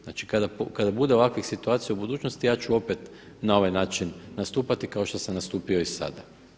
Znači, kada bude ovakvih situacija u budućnosti ja ću opet na ovaj način nastupati kao što sam nastupio i sada.